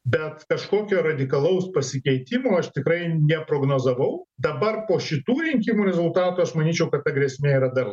bet kažkokio radikalaus pasikeitimo aš tikrai neprognozavau dabar po šitų rinkimų rezultatų aš manyčiau kad ta grėsmė yra dar